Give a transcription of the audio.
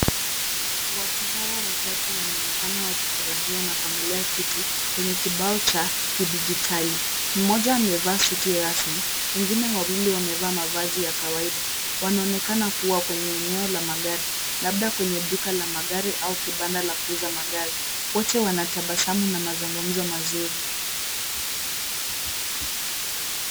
Watu hawa watatu wanaonekana wakifuraia na kuangalia kitu, kwenye kibau cha kidijitali, Mmoja amevaa suti rasmi, wengine wawili wamevaa mavazi ya kawaida, wanaonekana kuwa kwenye eneo la magari, Labda kwenye duka la magari au kibanda la kuuza magari, wote wanatabasamu na mazungumzo mazuri.